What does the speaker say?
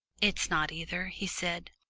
it's not either, he said.